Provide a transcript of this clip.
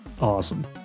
awesome